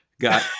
got